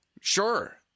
sure